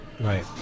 Right